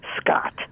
Scott